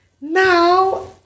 Now